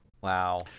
Wow